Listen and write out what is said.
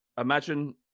imagine